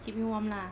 keep him warm lah